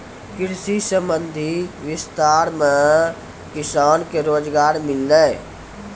कृषि संबंधी विस्तार मे किसान के रोजगार मिल्लै